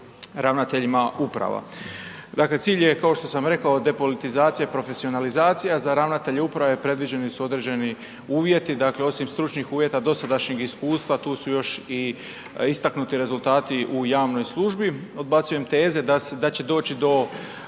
ravnateljima uprava. Dakle cilj je kao što sam rekao, depolitizacija i profesionalizacija, za ravnatelje uprave predviđeni su određeni uvjeti, dakle osim stručnih uvjeta, dosadašnjeg iskustva, tu su još i istaknuti rezultati u javnoj službi, Odbacujem teze da će doći do